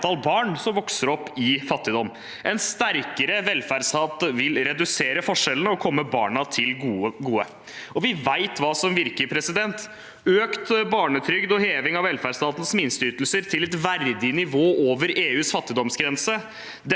antallet barn som vokser opp i fattigdom. En sterkere velferdsstat vil redusere forskjellene og komme barna til gode. Vi vet hva som virker. Økt barnetrygd og heving av velferdsstatens minsteytelser til et verdig nivå over EUs fattigdomsgrense